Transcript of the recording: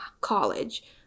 college